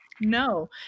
No